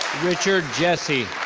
richard jessie.